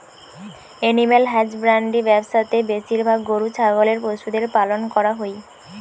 animal husbandry ব্যবসা তে বেশিরভাগ গরু ছাগলের পশুদের পালন করা হই